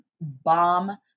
bomb